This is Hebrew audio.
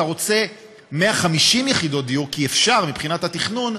אתה רוצה 150 יחידות דיור, כי אפשר מבחינת התכנון,